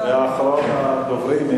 אחרון הדוברים,